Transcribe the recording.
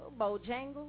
Bojangles